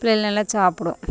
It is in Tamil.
பிள்ளைங்கள் நல்லா சாப்பிடும்